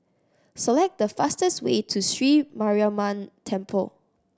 select the fastest way to Sri Mariamman Temple